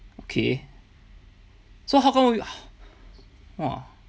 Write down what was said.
okay so how come you ah !wah!